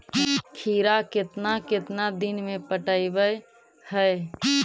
खिरा केतना केतना दिन में पटैबए है?